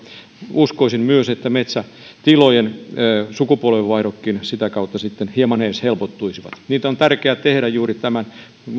uskoisin myös että metsätilojen sukupolvenvaihdotkin sitä kautta sitten hieman edes helpottuisivat niitä on tärkeä tehdä juuri tämän